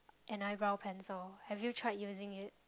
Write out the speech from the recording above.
an eyebrow pencil have you tried using it